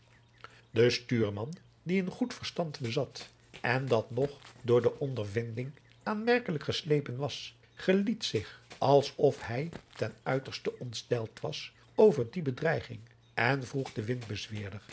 de stuurman die een goed verstand bezat adriaan loosjes pzn het leven van johannes wouter blommesteyn en dat nog door de ondervinding aanmerkelijk geslepen was geliet zich als of hij ten uiterste ontsteld was over die bedreiging en vroeg den